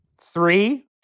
three